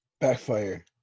Backfire